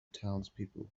townspeople